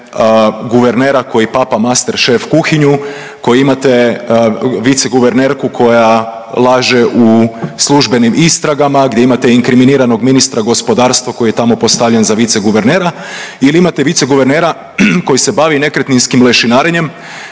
guvernera koji papa masterchef kuhinju, koji imate viceguvernerku koja laže u službenim istragama, gdje imate inkriminiranog ministra gospodarstva koji je tamo postavljen za viceguvernera ili imate viceguvernera koji se bavi nekretninskim lešinarenjem